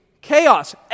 chaos